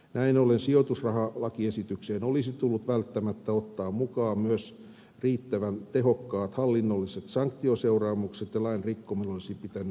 näin ollen sijoitusrahalakiesitykseen olisi tullut välttämättä ottaa mukaan myös riittävän tehokkaat hallinnolliset sanktioseuraamukset ja lain rikkominen olisi pitänyt kriminalisoida